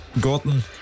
Gordon